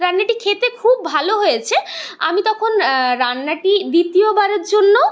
রান্নাটি খেতে খুব ভালো হয়েছে আমি তখন রান্নাটি দ্বিতীয়বারের জন্য